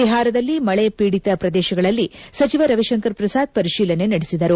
ಬಿಹಾರದಲ್ಲಿ ಮಳೆ ಪೀಡಿತ ಪ್ರದೇಶಗಳಲ್ಲಿ ಸಚಿವ ರವಿಶಂಕರ್ ಪ್ರಸಾದ್ ಪರಿಶೀಲನೆ ನಡೆಸಿದರು